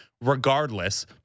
regardless